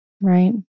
Right